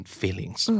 feelings